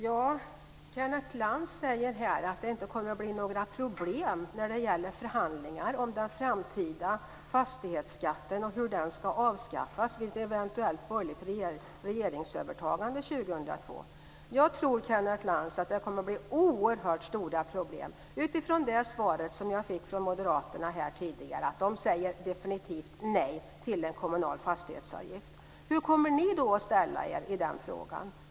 Fru talman! Kenneth Lantz säger att det inte kommer att bli några problem att förhandla om den framtida fastighetsskatten. Han säger också att den ska avskaffas vid ett eventuellt borgerligt regeringsövertagande 2002. Jag tror att det kommer att bli oerhört stora problem, eftersom moderaterna säger definitivt nej till em kommunal fastighetsavgift. Hur ställer då ni er i den frågan?